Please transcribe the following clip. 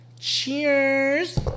Cheers